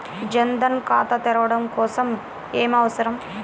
జన్ ధన్ ఖాతా తెరవడం కోసం ఏమి అవసరం?